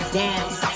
dance